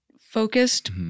focused